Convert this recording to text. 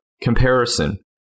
comparison